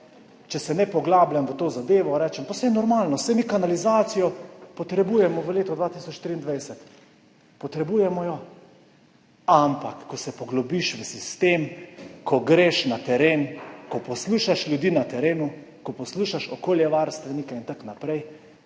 če se ne poglabljam v to zadevo, rečem, pa saj je normalno, saj mi kanalizacijo potrebujemo v letu 2023, potrebujemo jo, ampak ko se poglobiš v sistem, ko greš na teren, ko poslušaš ljudi na terenu, ko poslušaš okoljevarstvenike in tako naprej,